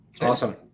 Awesome